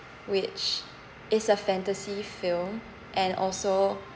which is a fantasy film and also